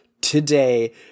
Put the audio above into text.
today